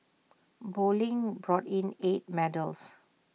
bowling brought in eight medals